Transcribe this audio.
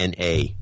NA